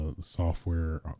software